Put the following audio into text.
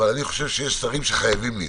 אבל אני חושב שיש שרים שחייבים להיות.